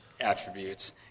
attributes